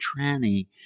tranny